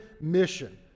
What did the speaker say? mission